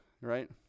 right